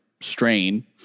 strain